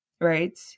right